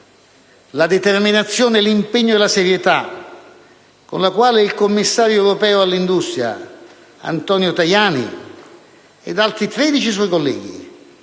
la determinazione, l'impegno e la serietà con la quale il commissario europeo all'industria Antonio Tajani ed altri 13 suoi colleghi,